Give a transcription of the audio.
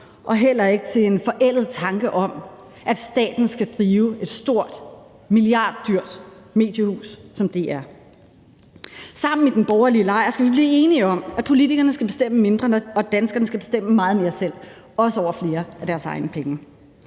og heller ikke til en forældet tanke om, at staten skal drive et stort, milliarddyrt mediehus som DR. Sammen med den borgerlige lejr skal vi blive enige om, at politikerne skal bestemme mindre, og at danskerne skal bestemme meget mere selv, også over flere af deres egne penge.